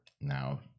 Now